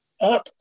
Up